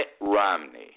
Romney